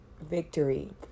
victory